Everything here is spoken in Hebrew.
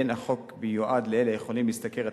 אין החוק מיועד לאלה היכולים להשתכר את